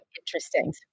interesting